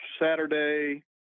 Saturday